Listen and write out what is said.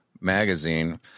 magazine